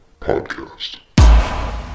Podcast